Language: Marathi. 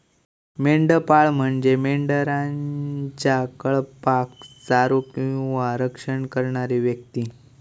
मेंढपाळ म्हणजे मेंढरांच्या कळपाक चारो किंवा रक्षण करणारी व्यक्ती